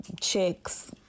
chicks